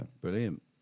Brilliant